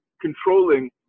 controlling